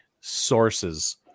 sources